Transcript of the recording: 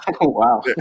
Wow